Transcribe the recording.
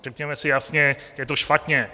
Řekněme si jasně, je to špatně.